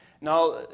Now